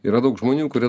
yra daug žmonių kurie